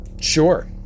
Sure